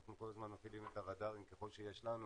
אנחנו כל הזמן מפעילים את הרדארים ככל שיש לנו,